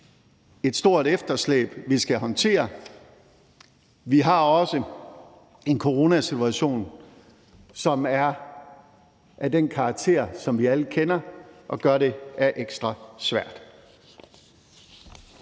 et stort efterslæb, vi skal håndtere. Vi har også en coronasituation, som er af den karakter, som vi alle kender, og som gør, at det er ekstra svært.